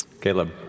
Caleb